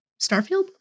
Starfield